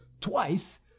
twice